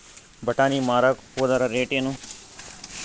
ಬಟಾನಿ ಮಾರಾಕ್ ಹೋದರ ರೇಟೇನು?